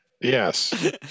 Yes